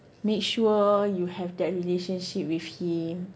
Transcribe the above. make sure you have that relationship with him